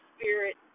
Spirit